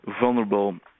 vulnerable